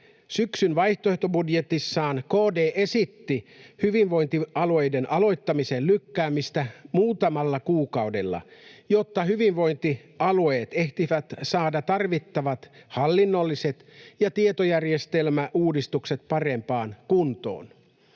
Syksyn vaihtoehtobudjetissaan KD esitti hyvinvointialueiden aloittamisen lykkäämistä muutamalla kuukaudella, jotta hyvinvointialueet ehtivät saada tarvittavat hallinnolliset ja tietojärjestelmäuudistukset parempaan kuntoon.